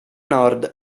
nord